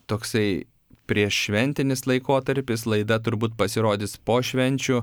toksai prieššventinis laikotarpis laida turbūt pasirodys po švenčių